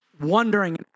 wondering